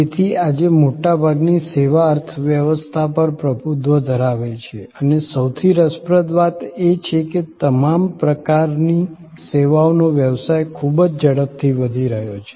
તેથી આજે મોટા ભાગની સેવા અર્થવ્યવસ્થા પર પ્રભુત્વ ધરાવે છે અને સૌથી રસપ્રદ વાત એ છે કે તમામ પ્રકારની સેવાઓનો વ્યવસાય ખૂબ જ ઝડપથી વધી રહ્યો છે